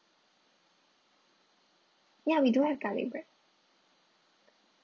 ya we do have garlic bread